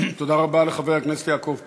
תודה רבה לחבר הכנסת יעקב פרי.